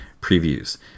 previews